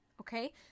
Okay